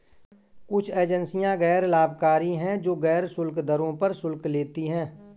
कुछ एजेंसियां गैर लाभकारी हैं, जो गैर शुल्क दरों पर शुल्क लेती हैं